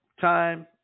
time